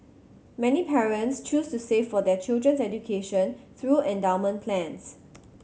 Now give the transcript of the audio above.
many parents choose to save for their children's education through endowment plans